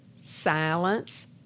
silence